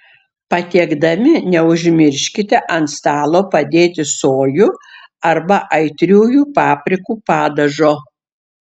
patiekdami neužmirškite ant stalo padėti sojų arba aitriųjų paprikų padažo